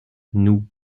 nous